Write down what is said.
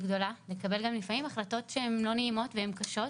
גדולה לקבל החלטות לא נעימות וקשות.